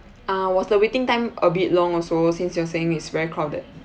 uh was the waiting time a bit long also since you're saying it's very crowded